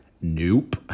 Nope